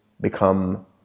become